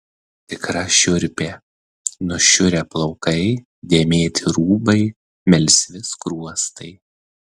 tikra šiurpė nušiurę plaukai dėmėti rūbai melsvi skruostai